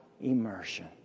immersion